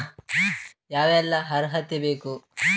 ಯಾವೆಲ್ಲ ಅರ್ಹತೆ ಬೇಕು?